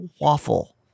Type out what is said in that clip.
waffle